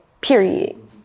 period